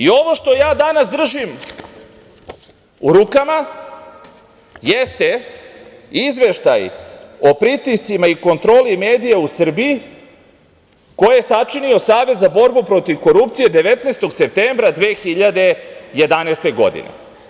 Ovo što ja danas držim u rukama jeste Izveštaj o pritiscima i kontroli medija u Srbiji koje je sačinio Savez za borbu protiv korupcije 19. septembra 2011. godine.